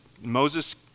Moses